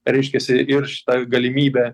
reiškiasi ir šitą galimybę